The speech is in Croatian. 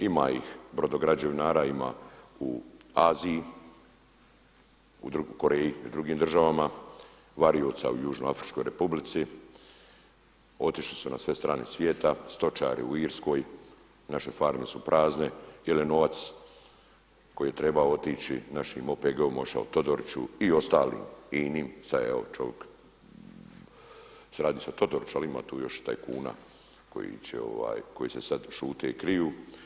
Ima ih, brodograđevinara ima u Aziji, Koreji i drugim državama, varioca u Južnoafričkoj Republici, otišli su na sve strane svijeta, stočari u Irskoj, naše farme su prazne, dijele novac koji je trebao otići našem OPG, otišao Todoriću, i ostalim inim, sada je evo čovjek, radi se o Todoriću ali ima tu još tajkuna koji se sada šute i kriju.